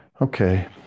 Okay